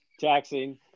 taxing